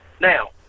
Now